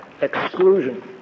exclusion